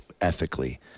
ethically